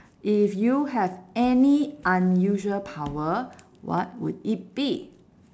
if you have any unusual power what would it be